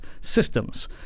systems